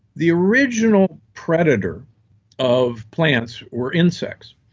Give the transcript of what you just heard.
the original predator of plants were insects.